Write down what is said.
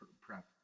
prep